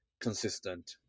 consistent